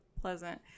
pleasant